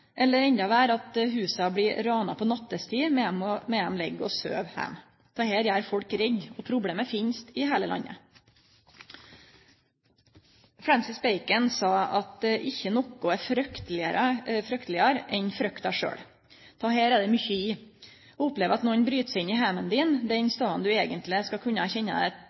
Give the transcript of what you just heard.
eller endå verre, at huset blir rana på nattetid medan dei ligg og søv der. Dette gjer folk redde. Problemet finst i heile landet. Francis Bacon sa at ikkje noko er fryktelegare enn frykta sjølv. Dette er det mykje i. Å oppleve at nokon bryt seg inn i heimen din, den staden der du eigentleg skal